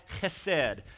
chesed